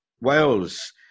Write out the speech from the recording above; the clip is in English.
Wales